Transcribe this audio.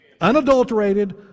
Unadulterated